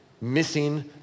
missing